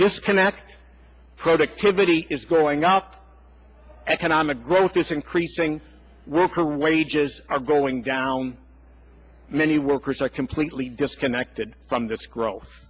disconnect productivity is growing out economic growth is increasing wealth for wages are going down many workers are completely disconnected from this gro